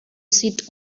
seat